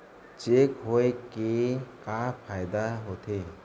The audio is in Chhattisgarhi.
चेक होए के का फाइदा होथे?